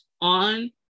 on